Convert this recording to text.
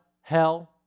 hell